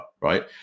right